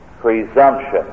presumption